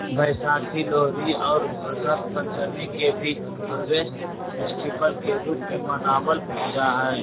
वैशाखी, लोहरी और वसंत पंचमी के भी हार्वेस्ट फेस्टिवल के रूप में मनावल जाहई